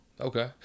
Okay